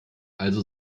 also